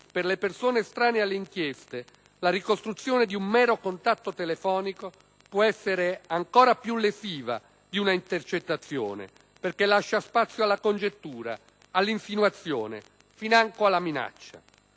per le persone estranee alle inchieste la ricostruzione di un mero contatto telefonico può essere ancora più lesiva di una intercettazione, perché lascia spazio alla congettura, all'insinuazione, finanche alla minaccia.